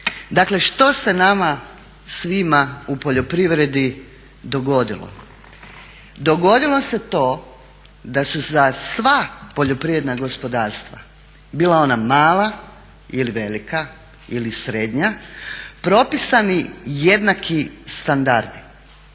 Dakle što se nama svima u poljoprivredi dogodilo? Dogodilo se to da su za sva poljoprivredna gospodarstva, bila ona mala ili velika ili srednja, propisani jednaki standardi.